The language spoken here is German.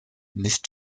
nicht